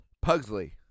pugsley